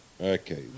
Okay